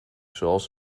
zoals